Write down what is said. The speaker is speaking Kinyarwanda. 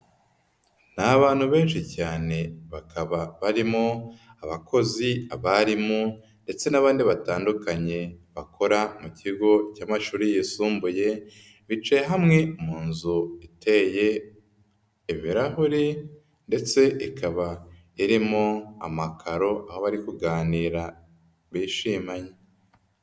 Ni abantu benshi cyane bakaba barimo abakozi, abarimu ndetse n'abandi batandukanye bakora mu kigo cy'amashuri yisumbuye, bicaye hamwe mu nzu iteye ibirahuri ndetse ikaba irimo amakaro aho bari kuganira bishimanye.